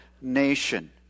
nation